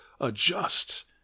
adjust